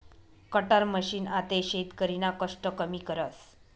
cutter machine आते शेतकरीना कष्ट कमी करस